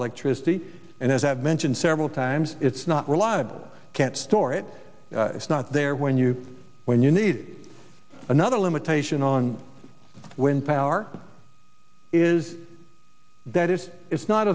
electricity and as i've mentioned several times it's not reliable can't store it it's not there when you when you need another limitation on wind power is that it is not